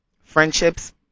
friendships